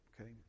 okay